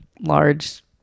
large